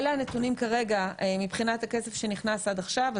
אלו הנתונים כרגע מבחינת הכסף שנכנס עד עכשיו.